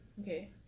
okay